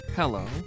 Hello